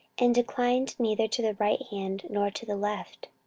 and declined neither to the right hand, nor to the left.